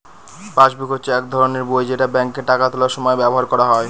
passbook হচ্ছে এক ধরনের বই যেটা ব্যাঙ্কে টাকা তোলার সময় ব্যবহার করা হয়